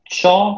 ciò